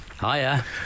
hiya